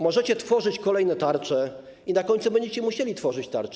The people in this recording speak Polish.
Możecie tworzyć kolejne tarcze, a na końcu będziecie musieli tworzyć tarcze.